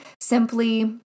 simply